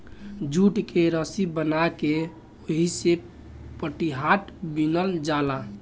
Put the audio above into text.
jute के रसी बना के ओहिसे पटिहाट बिनल जाला